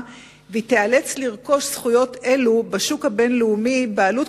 והיא תיאלץ לרכוש זכויות אלו בשוק הבין-לאומי בעלות